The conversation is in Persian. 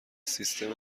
سیستم